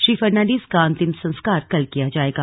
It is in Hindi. श्री फर्नान्डीज का अंतिम संस्कार कल किया जायेगा